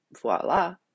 voila